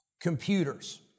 computers